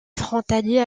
frontalier